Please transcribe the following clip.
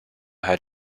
had